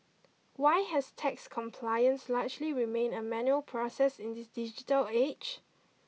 why has tax compliance largely remained a manual process in this digital age